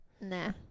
Nah